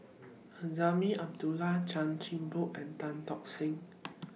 Azman Abdullah Chan Chin Bock and Tan Tock Seng